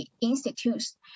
institutes